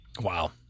Wow